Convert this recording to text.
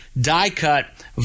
die-cut